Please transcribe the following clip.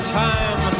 time